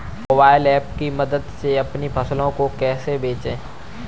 Mobile app की मदद से अपनी फसलों को कैसे बेचें?